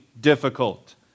difficult